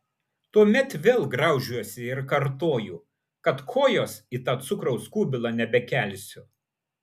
tuomet vėl graužiuosi ir kartoju kad kojos į tą cukraus kubilą nebekelsiu